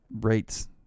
rates